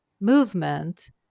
movement